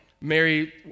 Mary